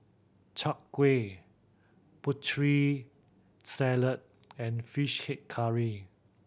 Chai Kueh Putri Salad and Fish Head Curry